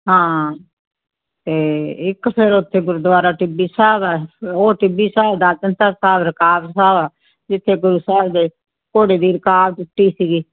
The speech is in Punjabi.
ਹਾਂ ਅਤੇ ਇੱਕ ਫਿਰ ਉੱਥੇ ਗੁਰਦੁਆਰਾ ਟਿੱਬੀ ਸਾਹਿਬ ਆ ਉਹ ਟਿੱਬੀ ਸਾਹਿਬ ਦਰਸ਼ਨ ਸਰ ਸਾਹਿਬ ਰਕਾਬ ਸਾਹਿਬ ਜਿੱਥੇ ਗੁਰੂ ਸਾਹਿਬ ਦੇ ਘੋੜੇ ਦੀ ਰਕਾਬ ਟੁੱਟੀ ਸੀਗੀ